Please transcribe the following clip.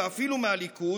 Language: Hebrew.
ואפילו מהליכוד,